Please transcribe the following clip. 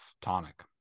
tonic